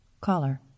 Caller